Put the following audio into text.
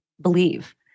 believe